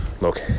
look